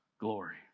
glory